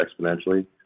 exponentially